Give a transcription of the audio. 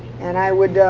and i would,